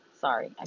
Sorry